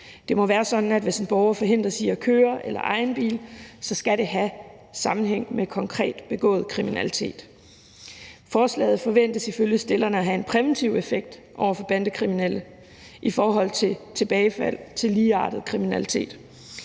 Det må være sådan, at det, hvis en borger forhindres i at køre eller eje en bil, skal have en sammenhæng med konkret begået kriminalitet. Forslaget forventes ifølge forslagsstillerne at have en præventiv effekt over for bandekriminelle i forhold til tilbagefald til ligeartet kriminalitet.